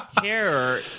care